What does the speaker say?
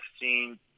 seen